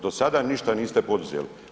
Do sada ništa niste poduzeli.